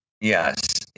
Yes